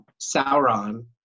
Sauron